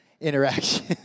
interaction